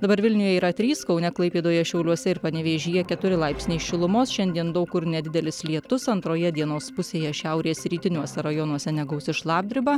dabar vilniuje yra trys kaune klaipėdoje šiauliuose ir panevėžyje keturi laipsniai šilumos šiandien daug kur nedidelis lietus antroje dienos pusėje šiaurės rytiniuose rajonuose negausi šlapdriba